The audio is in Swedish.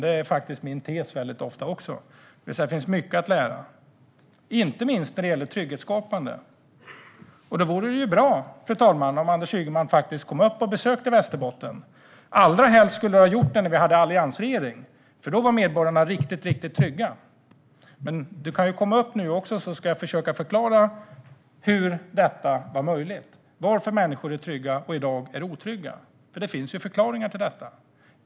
Det är också väldigt ofta min tes att det finns mycket att lära, inte minst när det gäller trygghetsskapande. Därför vore det bra, fru ålderspresident, om Anders Ygeman kom upp och besökte Västerbotten. Allra helst skulle han ha gjort det när vi hade en alliansregering, för då var medborgarna riktigt trygga. Men han kan komma upp nu också, så ska jag försöka förklara hur detta var möjligt, varför människor då var trygga och i dag är otrygga. Det finns nämligen förklaringar till detta.